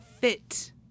fit